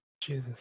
jesus